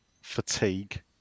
fatigue